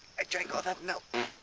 i drank all that milk.